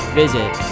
visit